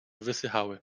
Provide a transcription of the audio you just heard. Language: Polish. wysychały